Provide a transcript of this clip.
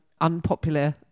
unpopular